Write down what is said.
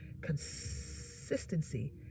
Consistency